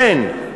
כן.